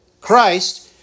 Christ